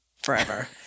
Forever